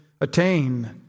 attain